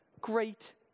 great